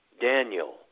Daniel